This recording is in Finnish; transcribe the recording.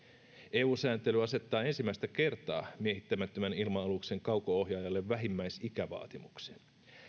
eu sääntely asettaa ensimmäistä kertaa miehittämättömän ilma aluksen kauko ohjaajalle vähimmäisikävaatimuksen